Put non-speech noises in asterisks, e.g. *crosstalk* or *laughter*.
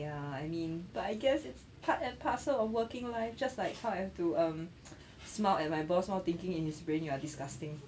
ya I mean but I guess it's part and parcel of working life just like how I have to um *noise* smile at my boss lor thinking in his brain you are disgusting